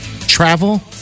Travel